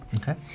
Okay